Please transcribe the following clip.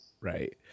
Right